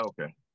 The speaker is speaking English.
Okay